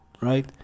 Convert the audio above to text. right